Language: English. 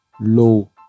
low